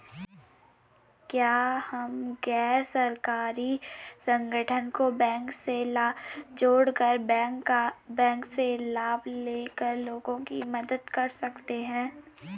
क्या हम गैर सरकारी संगठन को बैंक से जोड़ कर बैंक से लाभ ले कर लोगों की मदद कर सकते हैं?